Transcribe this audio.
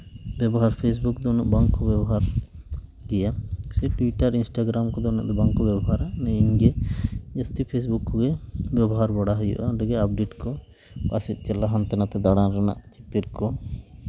ᱵᱮᱵᱚᱦᱟᱨ ᱯᱷᱮᱥᱵᱩᱠ ᱫᱚ ᱩᱱᱟᱹᱜ ᱵᱟᱝ ᱠᱚ ᱵᱮᱵᱚᱦᱟᱨ ᱜᱮᱭᱟ ᱴᱩᱭᱴᱟᱨ ᱤᱱᱥᱴᱟᱜᱨᱟᱢ ᱠᱚᱫᱚ ᱩᱱᱟᱹᱜ ᱫᱚ ᱵᱟᱝ ᱠᱚ ᱵᱮᱵᱚᱦᱟᱨᱟ ᱤᱧᱜᱮ ᱡᱟᱹᱥᱛᱤ ᱯᱷᱮᱥᱵᱩᱠ ᱠᱚᱜᱮ ᱵᱮᱵᱚᱦᱟᱨ ᱵᱟᱲᱟ ᱦᱩᱭᱩᱜᱼᱟ ᱚᱸᱰᱮᱜᱮ ᱟᱯᱰᱮᱴ ᱠᱚ ᱚᱠᱟ ᱥᱮᱫ ᱪᱟᱞᱟᱜ ᱦᱟᱱᱛᱮ ᱱᱟᱛᱮ ᱫᱟᱬᱟᱱ ᱨᱮᱭᱟᱜ ᱪᱤᱛᱟᱹᱨ ᱠᱚ